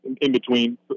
in-between